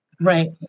right